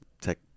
tech